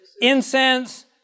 incense